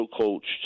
coached